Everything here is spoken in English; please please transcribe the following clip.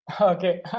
Okay